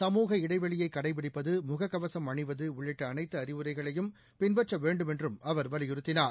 சமூக இடைவெளியை கடைபிடிப்பது முகக்கவசும் அணிவது உள்ளிட்ட அனைத்து அறிவுரைகளையும் பின்பற்ற வேண்டுமென்றும் அவர் வலியுறுத்தினார்